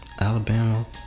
Alabama